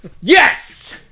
Yes